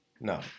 no